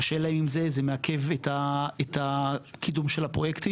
קשה להם עם זה, זה מעכב את הקידום של הפרויקטים.